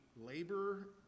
labor